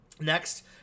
Next